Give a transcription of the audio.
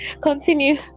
continue